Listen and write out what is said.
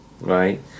right